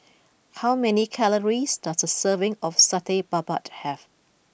how many calories does a serving of Satay Babat have